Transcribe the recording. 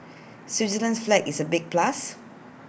Switzerland's flag is A big plus